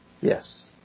Yes